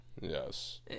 Yes